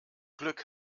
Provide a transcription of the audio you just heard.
glück